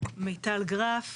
מיטל גרף